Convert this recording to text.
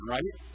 Right